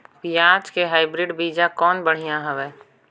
पियाज के हाईब्रिड बीजा कौन बढ़िया हवय?